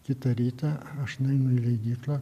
kitą rytą aš nueinu į leidyklą